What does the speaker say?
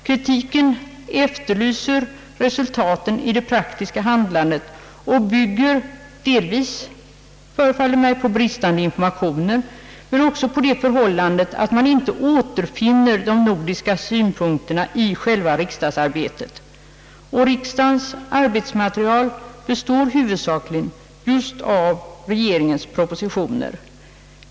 Kritiken efterlyser resultaten i det praktiska handlandet och bygger delvis — förefaller det mig — på bristande informationer men också på det förhållandet att man inte återfinner de nordiska synpunkterna i själva riksdagsarbetet, och riksdagens arbetsmaterial består huvudsakligen just av regeringens propositioner.